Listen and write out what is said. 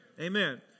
Amen